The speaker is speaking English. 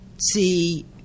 See